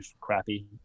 crappy